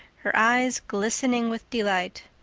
her eyes glistening with delight.